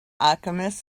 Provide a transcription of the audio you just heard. alchemist